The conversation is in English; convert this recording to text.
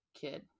kid